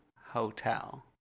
hotel